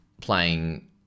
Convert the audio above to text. playing